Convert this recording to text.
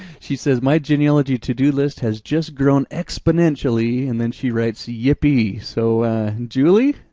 she says, my genealogy to do list has just grown exponentially, and then she writes, yipee, so julie,